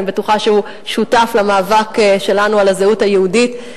אני בטוחה שהוא שותף למאבק שלנו על הזהות היהודית.